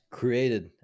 created